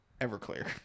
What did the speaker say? Everclear